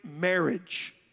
marriage